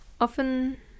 often